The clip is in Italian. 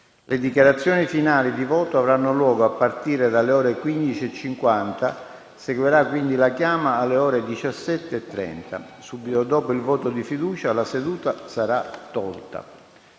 Le dichiarazioni finali di voto avranno luogo a partire dalle ore 15,50. Seguirà quindi la chiama alle ore 17,30. Subito dopo il voto di fiducia la seduta sarà tolta.